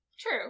true